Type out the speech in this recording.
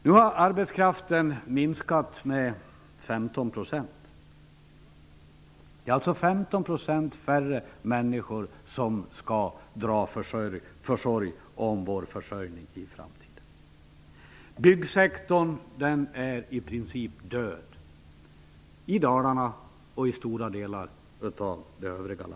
Nu har arbetskraften minskat med 15 %. Det är alltså 15 % färre människor som skall dra försorg om vår försörjning i framtiden. Byggsektorn är i princip död i Dalarna och också i stora delar av landet i övrigt.